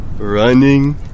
Running